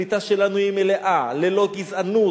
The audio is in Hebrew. הקליטה שלנו היא מלאה, ללא גזענות.